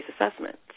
assessment